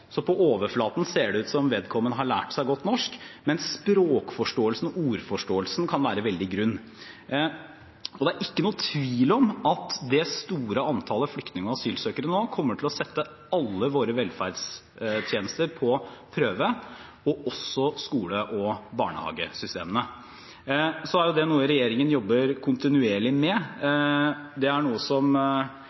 så på overflaten ser det ut til at vedkommende har lært seg godt norsk, men språkforståelsen og ordforståelsen kan være veldig grunn. Det er ikke noen tvil om at det store antallet flyktninger og asylsøkere nå kommer til å sette alle våre velferdstjenester på prøve – også skole- og barnehagesystemene. Dette er noe regjeringen jobber kontinuerlig med. Det er noe som